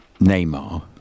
Neymar